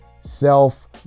self